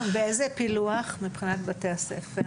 באיזה פילוח מבחינת בתי הספר?